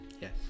yes